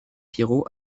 pierrot